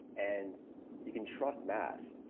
and you can trust math.